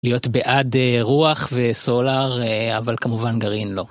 להיות בעד רוח וסולאר, אבל כמובן גרעין לא.